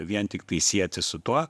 vien tiktai sieti su tuo